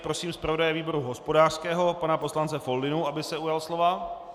Prosím zpravodaje výboru hospodářského, pana poslance Foldynu, aby se ujal slova.